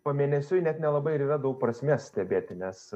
pamėnesiui net nelabai ir yra daug prasmės stebėti nes